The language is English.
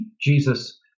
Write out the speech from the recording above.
Jesus